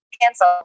Cancel